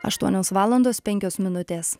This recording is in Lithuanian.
aštuonios valandos penkios minutės